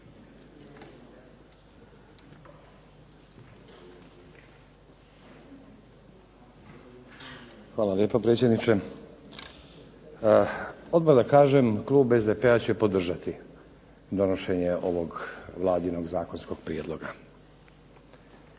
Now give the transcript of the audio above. Hvala lijepa predsjedniče. Odmah da kažem Klub SDP-a će podržati donošenje ovog Vladinog zakonskog prijedloga.